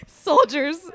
soldiers